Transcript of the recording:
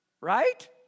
Right